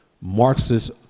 Marxist